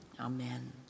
Amen